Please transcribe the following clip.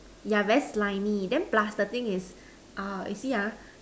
yeah very slimy then plus the thing is uh you see ah